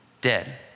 dead